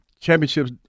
championships